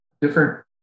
different